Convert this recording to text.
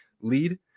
lead